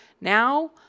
Now